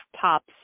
tops